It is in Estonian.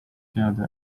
seada